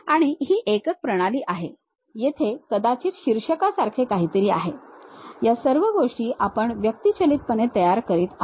आणि ही एकक प्रणाली आहे येथे कदाचित शीर्षकासारखे काहीतरी आहे या सर्व गोष्टी आपण व्यक्तिचलितपणे तयार करत आहोत